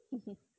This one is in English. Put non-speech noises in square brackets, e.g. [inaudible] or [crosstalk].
[laughs]